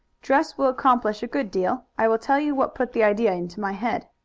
dress will accomplish a good deal. i will tell you what put the idea into my head.